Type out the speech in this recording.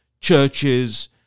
churches